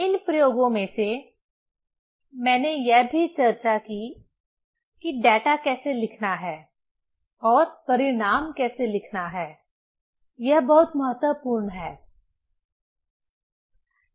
इन प्रयोगों में से मैंने यह भी चर्चा की है कि डेटा कैसे लिखना है और परिणाम कैसे लिखना है यह बहुत महत्वपूर्ण है